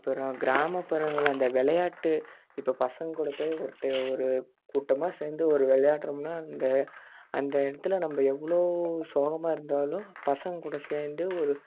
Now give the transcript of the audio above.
அப்புறம் கிராமபுறங்களில் அந்த விளையாட்டு இப்போ பசங்கக் கூட போய் ஒர்டு ஒரு கூட்டமாக சேர்ந்து ஒரு விளையாட்றம்னா அந்த அந்த இடத்துல நம்ப எவ்வளோ சோகமாக இருந்தாலும் பசங்கக் கூட சேர்ந்து ஒரு